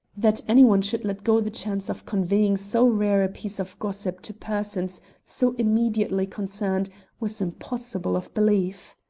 that any one should let go the chance of conveying so rare a piece of gossip to persons so immediately concerned was impossible of belief.